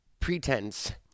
Pretense